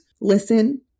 listen